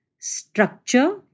structure